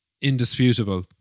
indisputable